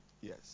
Yes